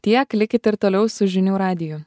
tiek likit ir toliau su žinių radiju